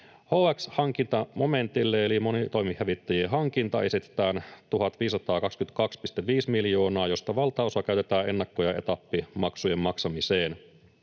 HX-hankintamomentille, eli Monitoimihävittäjien hankinta, esitetään 1 522,5 miljoonaa, josta valtaosa käytetään ennakko- ja etappimaksujen maksamiseen.